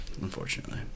unfortunately